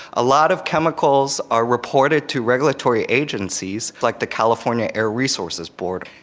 a lot of chemicals are reported to regulatory agencies like the california air resources board.